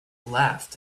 laughed